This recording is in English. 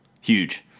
Huge